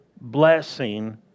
blessing